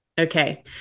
Okay